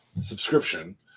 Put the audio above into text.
subscription